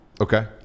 Okay